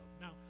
Now